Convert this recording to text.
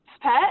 pet